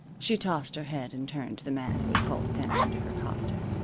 she tossed her head, and turned to the man who had called attention to her costume.